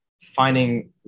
finding